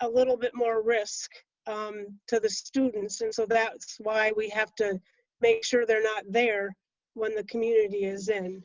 a little bit more risk um to the students. and so, that's why we have to make sure they're not there when the community is in.